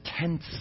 tense